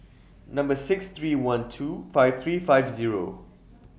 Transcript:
Number six three one two five three five Zero